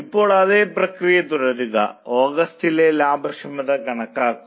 ഇപ്പോൾ അതേ പ്രക്രിയ തുടരുക ഓഗസ്റ്റിലെ ലാഭക്ഷമത കണക്കാക്കുക